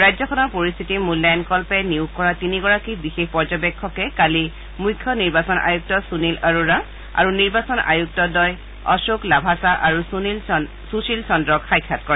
ৰাজ্যখনৰ পৰিস্থিতি মূল্যাংয়ণ কল্পে নিয়োগ কৰা তিনিগৰাকী বিশেষ পৰ্যবেক্ষকে কালি মুখ্য নিৰ্বাচন আয়ুক্ত সুনীল আৰোৰা আৰু নিৰ্বাচন আয়ুক্তদ্বয় অশোক লাভাচা আৰু সুশীল চদ্ৰক সাক্ষাৎ কৰে